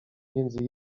między